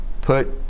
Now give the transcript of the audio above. put